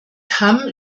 hamm